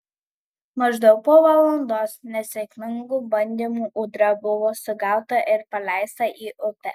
maždaug po valandos nesėkmingų bandymų ūdra buvo sugauta ir paleista į upę